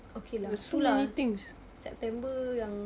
okay lah itu lah september yang